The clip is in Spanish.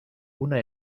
una